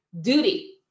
duty